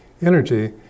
energy